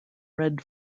red